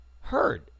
heard